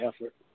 effort